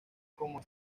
como